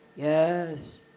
Yes